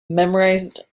memorised